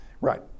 Right